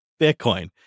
Bitcoin